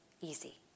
easy